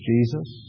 Jesus